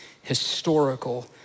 historical